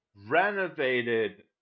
Renovated